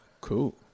cool